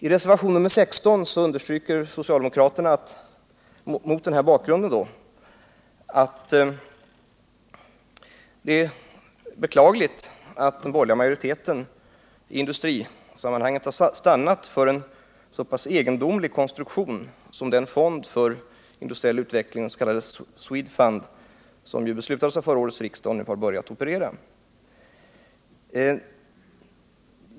I reservationen 16 understryker socialdemokraterna att det mot denna bakgrund är beklagligt att den borgerliga majoriteten när det gäller det internationella samarbetet med u-länder har stannat för en så pass egendomlig konstruktion som den fond för internationell utveckling, SWEDFUND, som beslutats av förra årets riksdag och som nu har börjat operera.